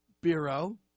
Bureau